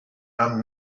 and